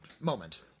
moment